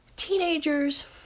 Teenagers